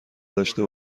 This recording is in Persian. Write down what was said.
داشته